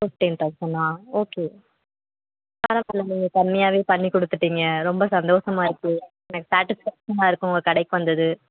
fifteen தௌசண்ட்னால் okay பரவாயில்ல நீங்கள் கம்மியாகவே பண்ணிக் கொடுத்துட்டீங்க ரொம்ப சந்தோஷமா இருக்குது எனக்கு சேட்டிஸ்ஃபேக்ஷனாக இருக்குது உங்கள் கடைக்கு வந்தது